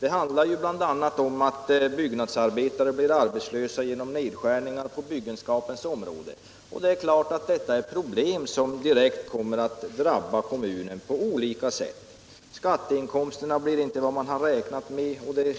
Det handlar bl.a. om att byggnadsarbetare blir arbetslösa genom nedskärningar på byggenskapens område. Detta är givetvis problem som direkt kommer att drabba kommunen på olika sätt. Skatteinkomsterna blir inte vad man har räknat med, och det